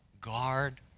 Guard